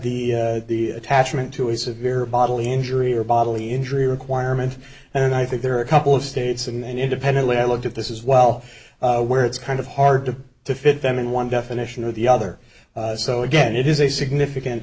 the the attachment to a severe bodily injury or bodily injury requirement and i think there are a couple of states and independently i looked at this as well where it's kind of hard to fit them in one definition of the other so again it is a significant